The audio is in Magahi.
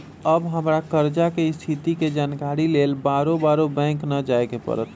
अब हमरा कर्जा के स्थिति के जानकारी लेल बारोबारे बैंक न जाय के परत्